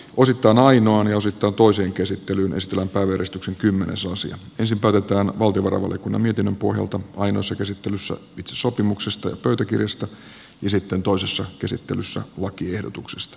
osittain ainoan osittain toisen käsittelyn ystävä kaveristuksen kymmenesosia ensin päätetään valtiovarainvaliokunnan mietinnön pohjalta ainoassa käsittelyssä sopimuksesta ja pöytäkirjasta ja sitten toisessa käsittelyssä lakiehdotuksesta